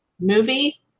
movie